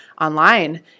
online